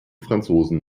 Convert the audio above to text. franzosen